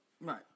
Right